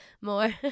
more